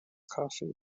coffee